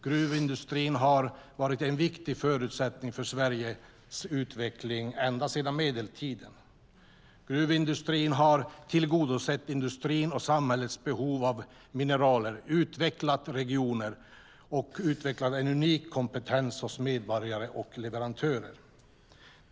Gruvindustrin har varit en viktig förutsättning för Sveriges utveckling ända sedan medeltiden. Gruvindustrin har tillgodosett industrins och samhällets behov av mineraler, utvecklat regioner och utvecklat en unik kompetens hos medborgare och leverantörer.